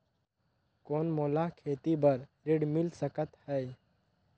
कौन मोला खेती बर ऋण मिल सकत है?